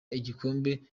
igikombe